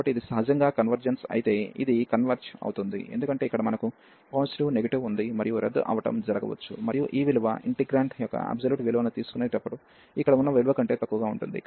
కాబట్టి ఇది సహజంగా కన్వర్జెన్స్ అయితే ఇది కన్వర్జ్ అవుతుంది ఎందుకంటే ఇక్కడ మనకు పాజిటివ్ నెగటివ్ ఉంది మరియు రద్దు అవటం జరగవచ్చు మరియు ఈ విలువ ఇంటిగ్రంట్ యొక్క అబ్సొల్యూట్ విలువను తీసుకునేటప్పుడు ఇక్కడ ఉన్న విలువ కంటే తక్కువగా ఉంటుంది